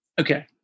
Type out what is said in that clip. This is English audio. okay